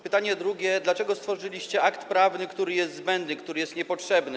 Pytanie drugie: Dlaczego stworzyliście akt prawny, który jest zbędny, który jest niepotrzebny?